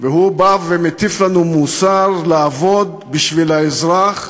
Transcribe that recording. והוא בא ומטיף לנו מוסר, לעבוד בשביל האזרח?